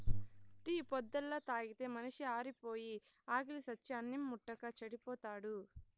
tea పొద్దల్లా తాగితే మనిషి ఆరిపాయి, ఆకిలి సచ్చి అన్నిం ముట్టక చెడిపోతాడు